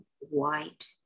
white